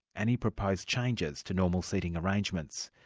any proposed changes to normal seating arrangements.